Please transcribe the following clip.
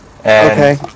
Okay